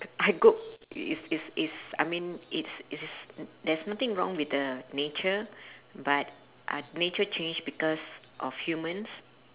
I is is is I mean it's it's there's nothing wrong with the nature but uh nature change because of humans